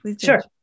Sure